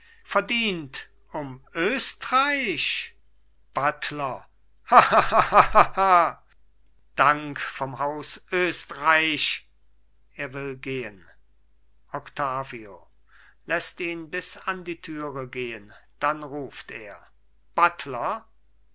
verdient um östreich buttler bitter lachend dank vom haus östreich er will gehen octavio läßt ihn bis an die türe gehen dann ruft er buttler